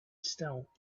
still